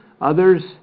Others